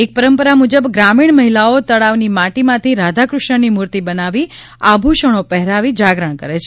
એક પરંપરા મુજબ ગ્રામીણ મહિલાઓ તળાવની માટીમાંથી રાધા કૃષ્ણની મૂર્તિ બનાવી આભૂષણો પહેરાવી જાગરણ કરે છે